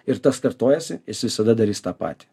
ir tas kartojasi jis visada darys tą patį